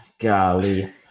Golly